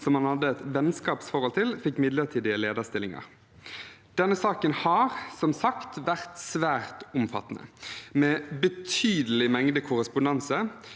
han hadde et vennskapsforhold til, fikk midlertidige lederstillinger. Denne saken har som sagt vært svært omfattende, med betydelig mengde korrespondanse